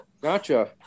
Gotcha